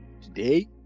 today